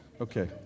Okay